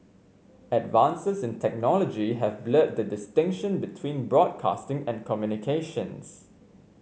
advances in technology have blurred the distinction between broadcasting and communications